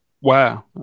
Wow